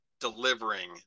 delivering